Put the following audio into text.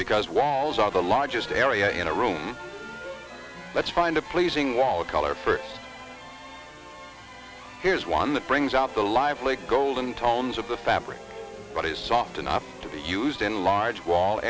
because walls are the largest area in a room let's find a pleasing wall color for here's one that brings out the lively golden tones of the fabric but is soft enough to be used in large wall